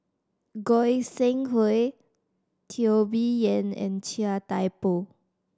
Goi Seng Hui Teo Bee Yen and Chia Thye Poh